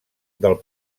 del